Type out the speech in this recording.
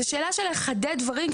אלא זה כדי לחדד דברים,